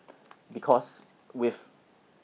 because with